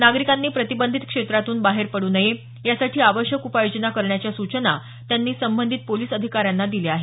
नागरिकांनी प्रतिबंधित क्षेत्रातून बाहेर पड्र नये यासाठी आवश्यक उपाययोजना करण्याच्या सूचना त्यांनी संबंधित पोलीस अधिकाऱ्यांना दिल्या आहेत